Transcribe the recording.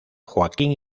joaquín